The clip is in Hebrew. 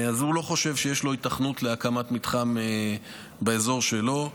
הוא לא חושב שיש לו היתכנות להקמת מתחם באזור שלו.